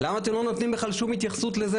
למה אתם לא נותנים בכלל שום התייחסות לזה